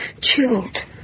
Chilled